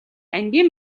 ангийн